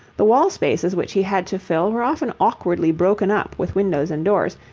the wall spaces which he had to fill were often awkwardly broken up with windows and doors,